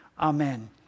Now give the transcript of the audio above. amen